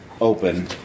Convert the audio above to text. open